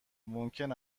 ممکن